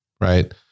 Right